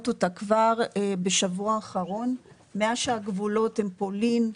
אותה כבר בשבוע האחרון מאז שהגבולות הם פולין,